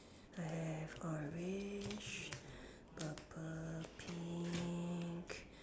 I have orange purple pink